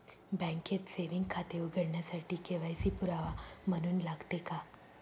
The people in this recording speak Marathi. बँकेत सेविंग खाते उघडण्यासाठी के.वाय.सी पुरावा म्हणून लागते का?